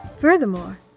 Furthermore